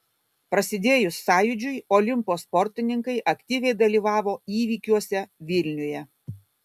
prasidėjus sąjūdžiui olimpo sportininkai aktyviai dalyvavo įvykiuose vilniuje